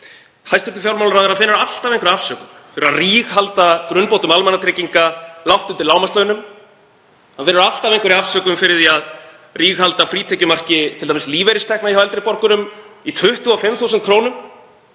Hæstv. fjármálaráðherra finnur alltaf einhverja afsökun fyrir að ríghalda grunnbótum almannatrygginga langt undir lágmarkslaunum. Hann finnur alltaf einhverja afsökun fyrir því að ríghalda frítekjumarki t.d. lífeyristekna hjá eldri borgurum í 25.000 kr.